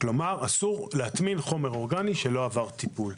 - שאסור להטמין חומר אורגני שלא עבר טיפול.